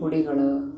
ಪುಡಿಗಳು